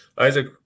Isaac